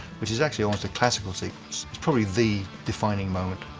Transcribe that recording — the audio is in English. which is actually almost a classical sequence. it's probably the defining moment